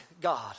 God